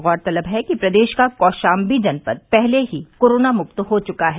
गौरतलब है कि प्रदेश का कौशाम्बी जनपद पहले ही कोरोना मुक्त हो चुका है